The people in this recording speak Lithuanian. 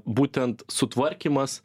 būtent sutvarkymas